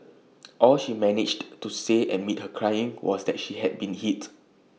all she managed to say amid her crying was that she had been hit